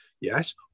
Yes